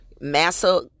Massa